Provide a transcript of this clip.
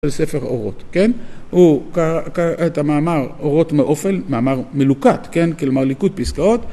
ספר אורות, כן? הוא קרא את המאמר אורות מעופל, מאמר מלוקד, כן? כלומר ליקוד פסקאות